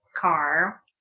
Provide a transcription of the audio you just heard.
car